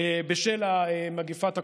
בשל מגפת הקורונה,